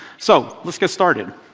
so let's get started.